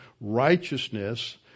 righteousness